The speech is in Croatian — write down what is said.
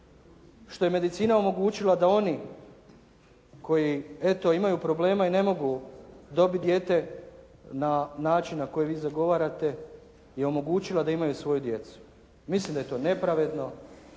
što je medicina omogućila da oni koji eto imaju problema i ne mogu dobiti dijete na način na koji vi zagovarate je omogućila da imaju svoju djecu. Mislim da je to nepravedno,